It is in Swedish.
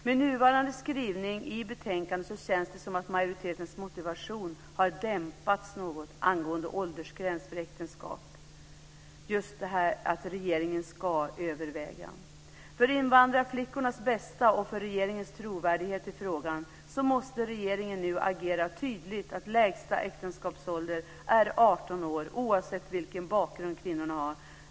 Med nuvarande skrivning i betänkandet känns det som att majoritetens motivation har dämpats något angående åldersgräns för äktenskap - just detta att regeringen ska överväga. För invandrarflickornas bästa och för regeringens trovärdighet i frågan måste regeringen nu agera tydligt så att lägsta äktenskapsålder blir 18 år, oavsett vilken bakgrund kvinnorna har.